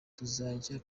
tuzajya